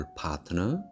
partner